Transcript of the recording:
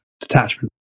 detachment